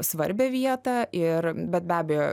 svarbią vietą ir bet be abejo